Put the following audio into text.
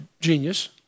genius